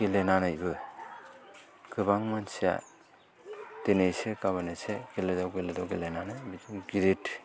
गेलेनानैबो गोबां मानसिया दिनै एसे गाबोन एसे गेलेदाव गेलेदाव गेलेनानै बिदिनो गिदत